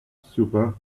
super